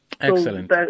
Excellent